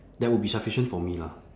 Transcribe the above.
that would be sufficient for me lah